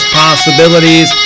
possibilities